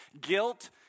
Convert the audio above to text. Guilt